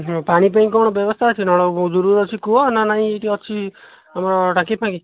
ହଁ ପାଣି ପାଇଁ କ'ଣ ବ୍ୟବସ୍ଥା ଅଛି ଦୂରରେ ଅଛି କୂଅ ନା ନାହିଁ ଏଇଠି ଅଛି ଆମ ଟାଙ୍କି ଫାଙ୍କି